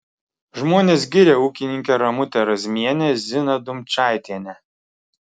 žmonės giria ūkininkę ramutę razmienę ziną dumčaitienę